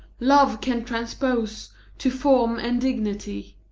love can transpose to form and dignity.